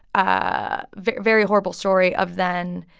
ah very horrible story of then